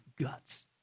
guts